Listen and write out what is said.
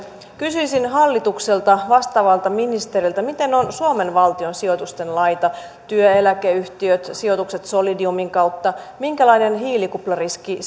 kysyisin hallitukselta vastaavalta ministeriltä miten on suomen valtion sijoitusten laita työeläkeyhtiöt sijoitukset solidiumin kautta minkälainen hiilikuplariski